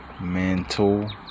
mental